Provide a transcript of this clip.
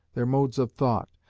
their modes of thought,